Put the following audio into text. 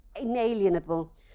inalienable